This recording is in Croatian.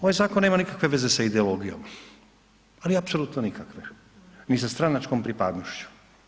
Ovaj zakon nema nikakve veze sa ideologijom, ali apsolutno nikakve ni sa stranačkom pripadnošću.